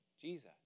Jesus